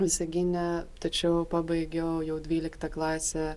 visagine tačiau pabaigiau jau dvyliktą klasę